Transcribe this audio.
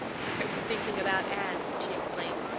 i was thinking about anne, she explained.